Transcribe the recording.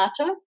matter